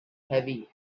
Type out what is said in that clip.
heavy